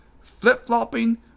flip-flopping